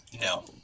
No